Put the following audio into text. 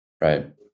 right